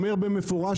אומרת במפורש,